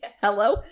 Hello